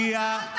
זה, עם כל הכבוד.